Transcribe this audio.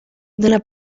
dóna